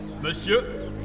Monsieur